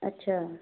अच्छा